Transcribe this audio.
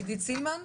עידית סילמן,